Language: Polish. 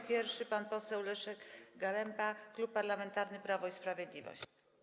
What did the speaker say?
Jako pierwszy pan poseł Leszek Galemba, Klub Parlamentarny Prawo i Sprawiedliwość.